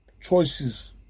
choices